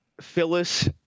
Phyllis